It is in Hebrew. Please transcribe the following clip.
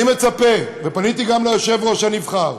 אני מצפה, ופניתי גם ליושב-ראש הנבחר